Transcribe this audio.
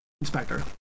Inspector